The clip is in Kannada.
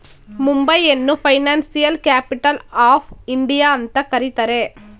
ಮುಂಬೈಯನ್ನು ಫೈನಾನ್ಸಿಯಲ್ ಕ್ಯಾಪಿಟಲ್ ಆಫ್ ಇಂಡಿಯಾ ಅಂತ ಕರಿತರೆ